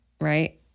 right